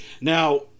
now